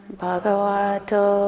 bhagavato